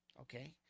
Okay